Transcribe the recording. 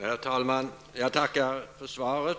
Herr talman! Jag tackar för svaret.